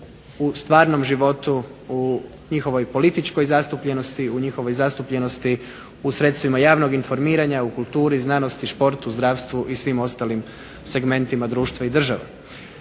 u stvarnom životu u njihovoj političkoj zastupljenosti, u njihovoj zastupljenosti u sredstvima javnog informiranja, u kulturi, znanosti, športu, zdravstvu i svim ostalim segmentima društva i država.